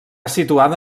situada